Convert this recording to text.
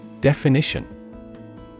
Definition